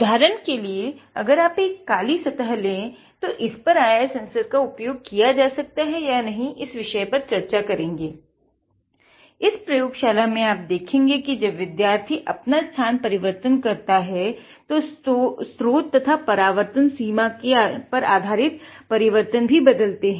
उदाहरन के लिए अगर आप एक काली सतह ले तो आप इस पर IR सेंसर का उपयोग कर सकते हैं या नही इस प्रयोग कक्षा में आप देखेंगे कि जब विद्यार्थी अपना स्थान परिवर्तन करता है तो स्त्रोत तथा परावर्तन सीमा के बीच की दूरी पर आधारित परिवर्तन भी बदलते हैं